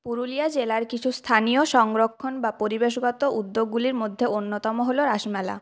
পুরুলিয়া জেলার কিছু স্থানীয় সংরক্ষণ বা পরিবেশগত উদ্যোগগুলির মধ্যে অন্যতম হল রাসমেলা